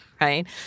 right